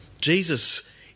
Jesus